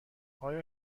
آیا